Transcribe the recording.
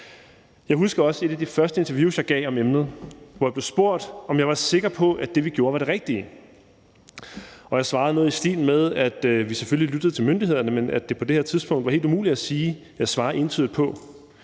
Jeg husker også et af de første interviews, jeg gav om emnet, hvor jeg blev spurgt, om jeg var sikker på, at det, vi gjorde, var det rigtige. Jeg svarede noget i stil med, at vi selvfølgelig lyttede til myndighederne, men at det på det her tidspunkt var helt umuligt at sige og svare entydigt på